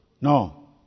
No